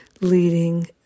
leading